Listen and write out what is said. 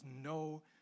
no